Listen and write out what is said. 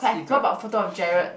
see got